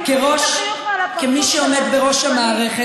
תמחקי את החיוך מעל הפרצוף,